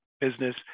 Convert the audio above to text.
business